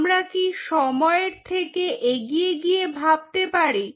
আমরা কি সময়ের থেকে এগিয়ে গিয়ে ভাবতে পারি